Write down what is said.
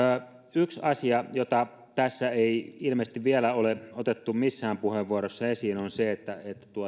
yksi asia jota tässä ei ilmeisesti vielä ole otettu missään puheenvuorossa esiin on se että